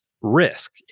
risk